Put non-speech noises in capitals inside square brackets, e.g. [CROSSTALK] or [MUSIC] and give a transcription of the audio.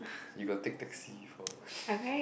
you got take taxi before [BREATH]